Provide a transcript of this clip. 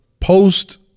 post